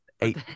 eight